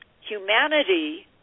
humanity